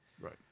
Right